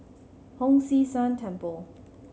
Hong San See Temple